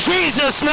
Jesus